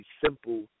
simple